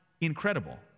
incredible